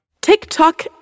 TikTok